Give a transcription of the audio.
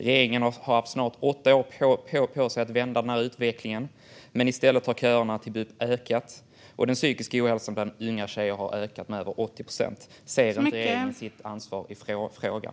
Regeringen har haft snart åtta år på sig att vända den här utvecklingen, men i stället har köerna till bup ökat, och den psykiska ohälsan bland unga tjejer har ökat med över 80 procent. Ser inte regeringen sitt ansvar i frågan?